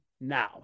now